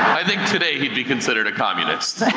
i think today he'd be considered a communist.